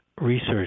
research